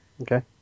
Okay